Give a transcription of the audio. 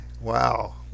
wow